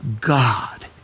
God